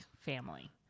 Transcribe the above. family